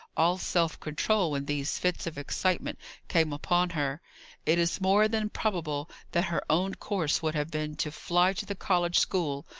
all self-control when these fits of excitement came upon her it is more than probable that her own course would have been to fly to the college school,